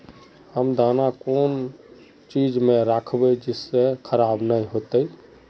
हम दाना कौन चीज में राखबे जिससे खराब नय होते?